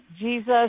jesus